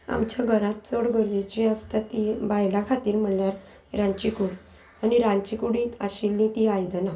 आमच्या घरांत चड गरजेची आसता ती बायलां खातीर म्हणल्यार रांदची कूड आनी रांदची कुडींत आशिल्ली ती आयदनां